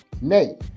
Nay